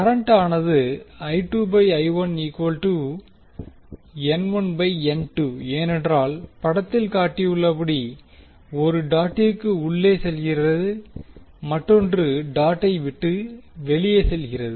கரண்டானது ஏனென்றால் படத்தில் காட்டியுள்ளபடி ஒன்று டாட்டிற்கு உள்ளே செல்கிறது மற்றொன்று டாட்டை விட்டு வெளியே செல்கிறது